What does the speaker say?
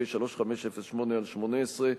פ/3508/18,